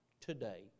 today